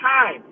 time